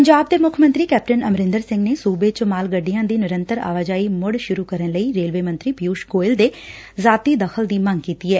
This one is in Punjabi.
ਪੰਜਾਬ ਦੇ ਮੁੱਖ ਮੰਤਰੀ ਕੈਪਟਨ ਅਮਰੰਦਰ ਸਿੰਘ ਨੇ ਸੁਬੇ ਚ ਮਾਲ ਗੱਡੀਆਂ ਦੀ ਨਿਰੰਤਰ ਆਵਾਜਾਈ ਮੁੜ ਸੂਰੁ ਕਰਨ ਲਈ ਰੇਲਵੇ ਮੰਤਰੀ ਪਿਉਸ਼ ਗੋਇਲ ਦੇ ਜ਼ਾਤੀ ਦਖ਼ਲ ਦੀ ਮੰਗ ਕੀਤੀ ਏ